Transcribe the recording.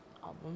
album